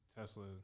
Tesla